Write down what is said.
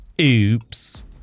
oops